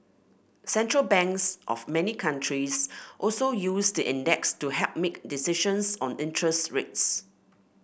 central banks of many countries also use the index to help make decisions on interest rates